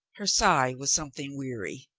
her sigh was something weary.